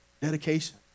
Dedication